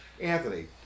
Anthony